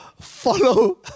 follow